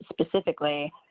specifically